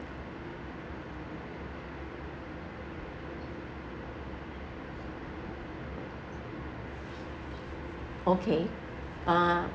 okay uh